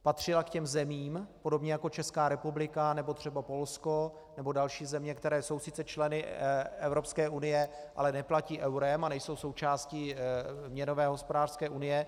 Patřila k těm zemím, podobně jako Česká republika nebo třeba Polsko nebo další země, které jsou sice členy Evropské unie, ale neplatí eurem a nejsou součástí měnové hospodářské unie.